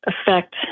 affect